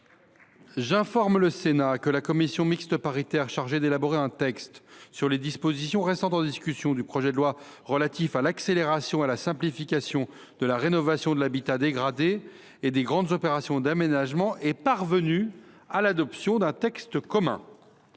J’informe le Sénat que la commission mixte paritaire chargée d’élaborer un texte sur les dispositions restant en discussion du projet de loi relatif à l’accélération et à la simplification de la rénovation de l’habitat dégradé et des grandes opérations d’aménagement est parvenue à l’adoption d’un texte commun.